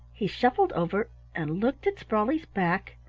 he shuffled over and looked at sprawley's back,